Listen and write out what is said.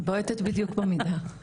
בועטת בדיוק במידה.